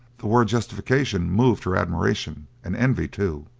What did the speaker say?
the word justification moved her admiration and envy, too,